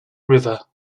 river